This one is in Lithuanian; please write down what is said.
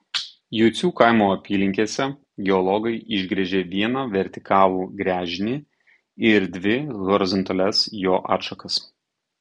jucių kaimo apylinkėse geologai išgręžė vieną vertikalų gręžinį ir dvi horizontalias jo atšakas